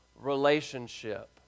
relationship